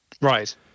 Right